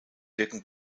wirken